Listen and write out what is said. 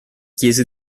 chiese